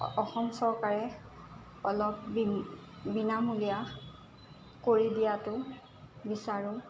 অসম চৰকাৰে অলপ বিনামূলীয়া কৰি দিয়টো বিচাৰোঁ